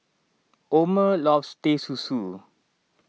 Omer loves Teh Susu